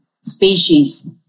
species